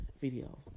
video